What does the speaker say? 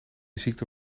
ziekte